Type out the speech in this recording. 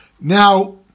Now